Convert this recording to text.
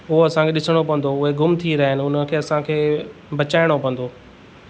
पोइ असांखे ॾिसणो पवंदो उहे गुम थी रहिया आहिनि हुनखे असांखे बचाइणो पवंदो